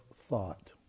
thought